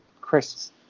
Chris